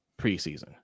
preseason